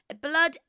Blood